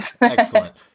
Excellent